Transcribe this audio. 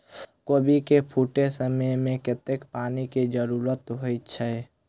कोबी केँ फूटे समय मे कतेक पानि केँ जरूरत होइ छै?